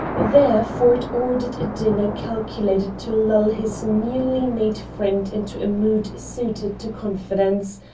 there ford ordered a dinner calculated to lull his newly made friend into a mood suited to confidence,